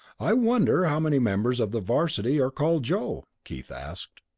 i wonder how many members of the varsity are called joe? keith asked.